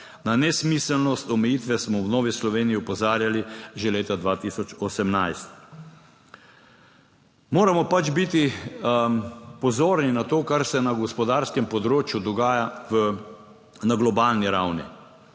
Na nesmiselnost omejitve smo v Novi Sloveniji opozarjali že leta 2018. Moramo biti pozorni na to, kar se na gospodarskem področju dogaja na globalni ravni.